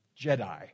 Jedi